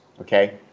okay